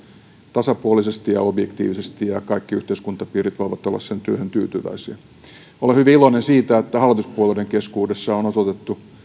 tasapuolisesti ja objektiivisesti ja kaikki yhteiskuntapiirit voivat olla sen työhön tyytyväisiä olen hyvin iloinen siitä että hallituspuolueiden keskuudessa on osoitettu